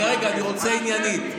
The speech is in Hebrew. אני רוצה עניינית.